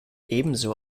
ebenso